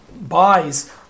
buys